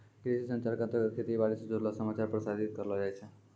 कृषि संचार के अंतर्गत खेती बाड़ी स जुड़लो समाचार प्रसारित करलो जाय छै